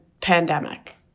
pandemic